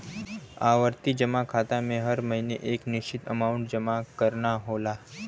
आवर्ती जमा खाता में हर महीने एक निश्चित अमांउट जमा करना होला